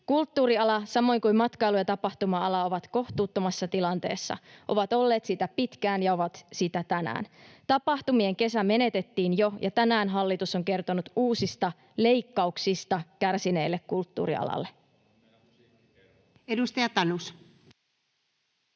Kulttuuriala samoin kuin matkailu‑ ja tapahtuma-ala ovat kohtuuttomassa tilanteessa, ovat olleet sitä pitkään ja ovat sitä tänäänkin. Tapahtumien kesä menetettiin jo, ja tänään hallitus on kertonut uusista leikkauksista kärsineelle kulttuurialalle. [Speech 112]